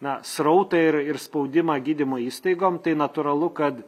na srautą ir ir spaudimą gydymo įstaigom tai natūralu kad